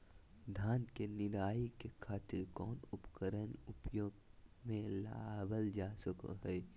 धान के निराई के खातिर कौन उपकरण उपयोग मे लावल जा सको हय?